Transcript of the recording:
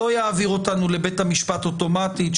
שלא יעביר אותנו לבית המשפט אוטומטית,